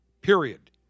Period